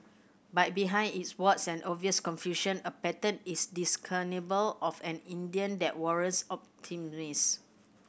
but behind its warts and obvious confusion a pattern is discernible of an Indian that warrants